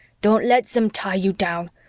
don't let them tie you down.